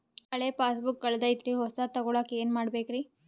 ಹಳೆ ಪಾಸ್ಬುಕ್ ಕಲ್ದೈತ್ರಿ ಹೊಸದ ತಗೊಳಕ್ ಏನ್ ಮಾಡ್ಬೇಕರಿ?